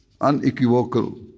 unequivocal